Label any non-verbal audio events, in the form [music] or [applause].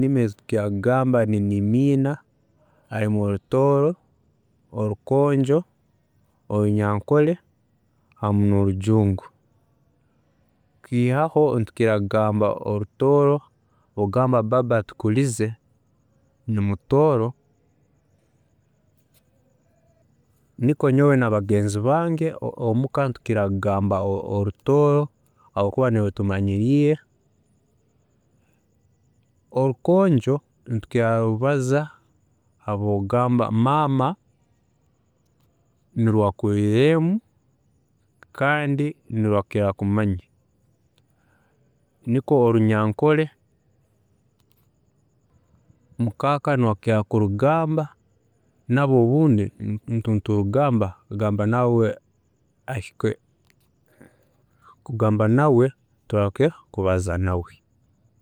﻿Endimi ezitukira kugamba ni endimi ina, orutooro, orukoonjo, orunyankore hamu n'orujungu. Kwihaho nitukira kugamba orutooro habwokugamba baaba atukurize ni mutooro, nikwe nyowe nabagenzi bange omuka nitukira kugamba orutooro habwokuba nirwe tumanyiriire, orukoonjo nitukira kurugamba habwokugamba maama nirwe yakuriiremu kandi nirwe arikukira kumanya, nikwe orunyankore mukaaka niwe arikukira kurugambaa, nabwe obundi niturugamba [hesitation] kugamba nawe turahuke kubaza nawe